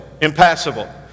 impassable